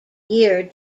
year